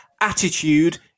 attitude